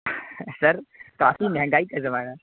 سر کافی مہنگائی کا زمانہ